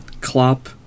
Klopp